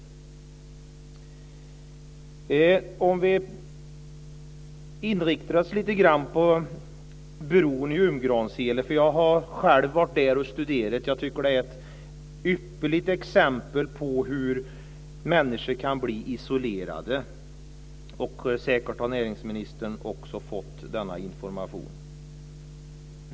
Låt oss inrikta oss lite grann på bron i Umgransele. Jag har själv har själv rest dit och studerat den. Den är ett ypperligt exempel på hur isolerade människor kan bli. Säkerligen har också näringsministern blivit informerad om detta.